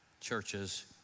churches